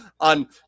on